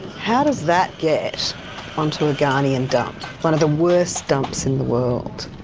how does that get onto a ghanaian dump, one of the worst dumps in the world?